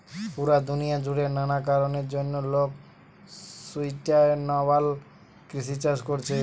পুরা দুনিয়া জুড়ে নানা কারণের জন্যে লোক সুস্টাইনাবল কৃষি চাষ কোরছে